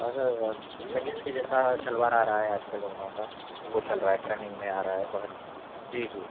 اور لگیز کے جیسا شلوار آ رہا ہے آج کل ان لوگوں کا وہ چل رہا ہے ٹرننگ میں آر ہا ہے بہت جی جی